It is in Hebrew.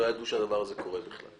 לא ידעו שהדבר הזה קורה בכלל.